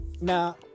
Now